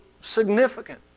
significant